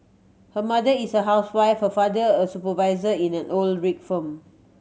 her mother is a housewife her father a supervisor in an oil rig firm